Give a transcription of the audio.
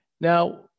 Now